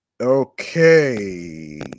Okay